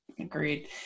Agreed